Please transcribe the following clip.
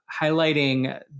highlighting